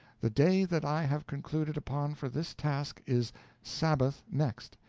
the day that i have concluded upon for this task is sabbath next,